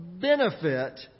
benefit